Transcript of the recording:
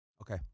Okay